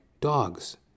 Dogs